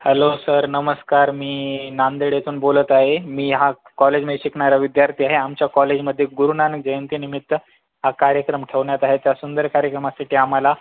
hello sir नमस्कार मी नांदेडेतून बोलत आहे मी हा कॉलेजमध्ये शिकणारा विद्यार्थी आहे आमच्या कॉलेजमध्ये गुरुनानक जयंतीनिमित्त हा कार्यक्रम ठेवण्यात आहे त्या सुंदर कार्यक्रमासाठी आम्हाला